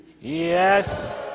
Yes